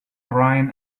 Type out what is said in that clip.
brian